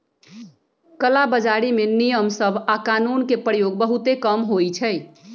कला बजारी में नियम सभ आऽ कानून के प्रयोग बहुते कम होइ छइ